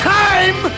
time